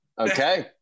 Okay